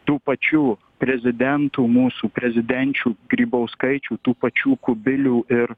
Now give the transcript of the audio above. tų pačių prezidentų mūsų prezidenčių grybauskaičių tų pačių kubilių ir